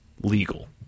legal